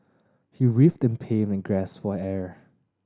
he writhed in pain and gasped for air